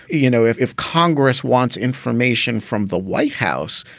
you know, if if congress wants information from the white house,